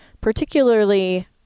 particularly